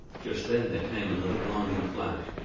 just then there came another blinding flash,